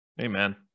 Amen